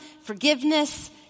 forgiveness